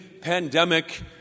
pandemic